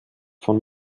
von